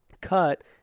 cut